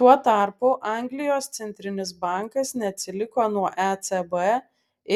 tuo tarpu anglijos centrinis bankas neatsiliko nuo ecb